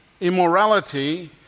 immorality